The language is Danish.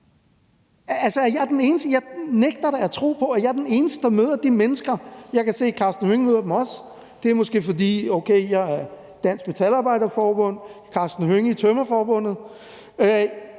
Jeg nægter da at tro på, at jeg er den eneste, der møder de mennesker. Jeg kan se, at hr. Karsten Hønge også møder dem. Det er måske, fordi jeg er med i Dansk Metal og hr. Karsten Hønge i Snedker-